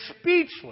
speechless